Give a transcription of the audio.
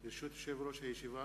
ברשות יושב-ראש הישיבה,